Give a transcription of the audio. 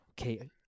Okay